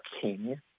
king